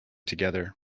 together